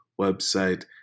website